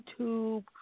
YouTube